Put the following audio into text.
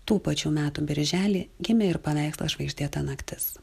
tų pačių metų birželį gimė ir paveikslas žvaigždėta naktis